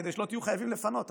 כדי שלא תהיו חייבים לפנות,